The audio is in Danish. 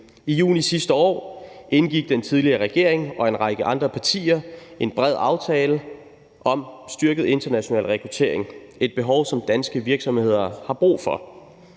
I juni sidste år indgik den tidligere regering og en række andre partier en bred aftale om styrket international rekruttering – en aftale, som danske virksomheder har brug for.